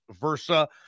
versa